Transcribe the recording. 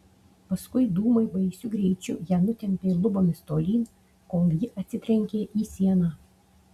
paskui dūmai baisiu greičiu ją nutempė lubomis tolyn kol ji atsitrenkė į sieną